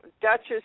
Duchess